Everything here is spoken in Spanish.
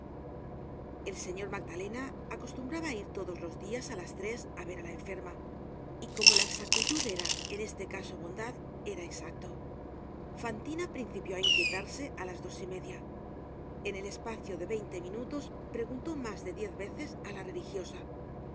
el señor magdalena acostumbraba ir todos los dias á las tres á ver á la enferma y comp la exactitud era en este caso bondad era exacto fantina principió á inquietarse á las dos y media en el espacio de veinte minutos preguntó mas de diez veces á la religiosa